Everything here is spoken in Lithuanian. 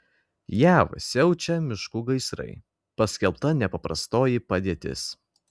jav siaučia miškų gaisrai paskelbta nepaprastoji padėtis